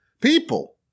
people